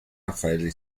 raffaele